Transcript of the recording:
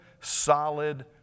solid